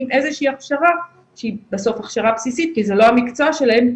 עם איזה שהיא הכשרה שהיא בסוף הכשרה בסיסית כי זה לא המקצוע שלהם,